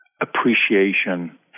appreciation